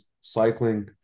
cycling